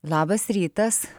labas rytas